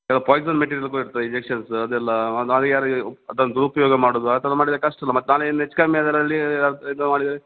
ಕೆಲವು poison material ಕೂಡ ಇರುತ್ತೆ ಇಂಜೆಕ್ಷನ್ಸ್ ಅದೆಲ್ಲ ನಾಳೆ ಯಾರಿಗಾರು ಅದನ್ನ ದುರುಪಯೋಗ ಮಾಡೋದು ಆ ಥರ ಮಾಡಿದರೆ ಕಷ್ಟ ಅಲ್ಲಾ ಮತ್ತು ನಾಳೆ ಏನು ಹೆಚ್ಚು ಕಮ್ಮಿ ಅದರಲ್ಲಿ ಇದನ್ನ ಮಾಡಿದರೆ